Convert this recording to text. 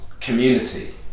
community